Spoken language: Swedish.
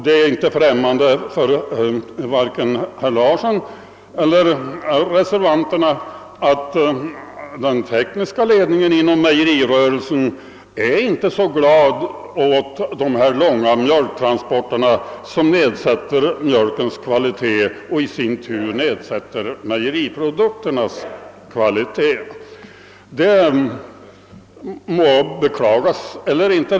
Det är inte främmande för vare sig herr Larsson i Umeå eller reservanterna att den tekniska ledningen inom mejerirörelsen inte är så glad åt de långa mjölktransporterna som nedsätter mjölkens kvalitet, vilket i sin tur nedsätter mejeriprodukternas kvalitet. Detta må beklagas eller inte.